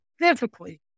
specifically